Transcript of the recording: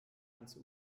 ans